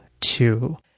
two